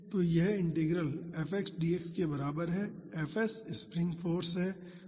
तो यह integral fs dx के बराबर है fs स्प्रिंग फाॅर्स है